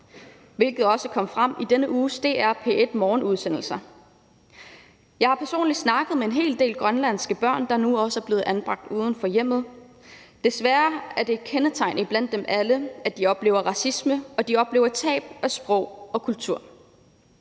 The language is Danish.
hvilket også kom frem i denne uges DR, nemlig i P1-morgenudsendelser. Jeg har personligt snakket med en hel del grønlandske børn, der nu også er blevet anbragt uden for hjemmet. Desværre er det et kendetegn for dem alle, at de oplever racisme, og at de oplever tab af sprog og kultur.